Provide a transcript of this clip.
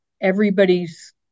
everybody's